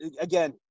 Again